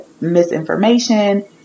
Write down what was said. misinformation